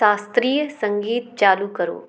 शास्त्रीय संगीत चालू करो